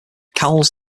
cowles